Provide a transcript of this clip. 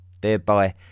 thereby